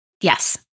Yes